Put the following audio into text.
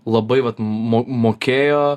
labai vat mo mokėjo